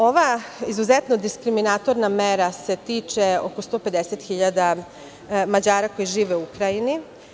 Ova izuzetno dikriminatorna mera se tiče oko 150 hiljada Mađara koji žive u Ukrajini.